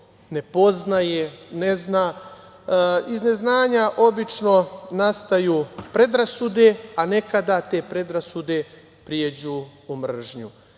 ne poznaje, ne zna. Iz neznanja, obično, nastaju predrasude, a nekada te predrasude pređu u mržnju. Moje